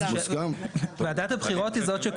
ותמיד משווים את הכסף שאותם אנשים שחברים בוועדת בחירות שיושבים